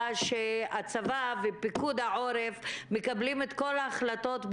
שהצבא ופיקוד העורף מקבלים את כל ההחלטות.